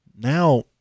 now